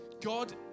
God